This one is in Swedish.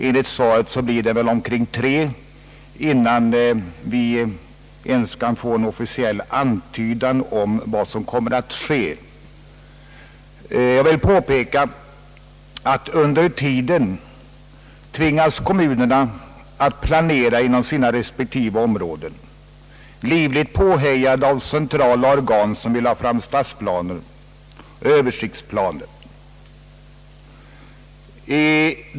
Enligt svaret dröjer det omkring ett år till, innan vi ens kan få en officiell antydan om vad som kommer att ske. Jag vill påpeka att kommunerna under tiden tvingas att planera inom sina respektive områden, livligt påhejade av centrala organ som vill ha fram stadsplaner och översiktsplaner.